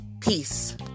Peace